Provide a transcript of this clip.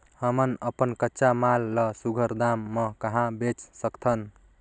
हमन अपन कच्चा माल ल सुघ्घर दाम म कहा बेच सकथन?